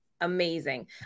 Amazing